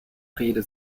rede